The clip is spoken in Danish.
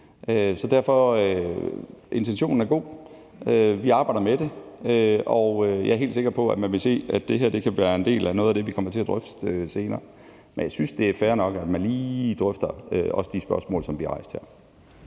sige, at intentionen er god, og vi arbejder med det, og jeg er helt sikker på, at man vil se, at det her kan være noget af det, vi kommer til at drøfte senere. Men jeg synes, det er fair nok, at man lige drøfter også de spørgsmål, som vi har rejst her.